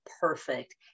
perfect